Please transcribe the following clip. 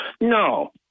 No